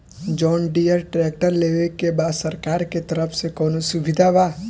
John Deere tractor लेवे के बा सरकार के तरफ से कौनो सुविधा बा?